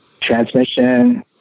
transmission